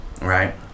Right